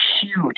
huge